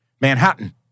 Manhattan